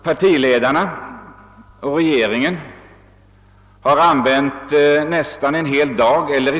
Partiledarna och regeringen har använt nästan ett heit dygn i denna remissdebatt. Jag tycker att debattordningen är underlig.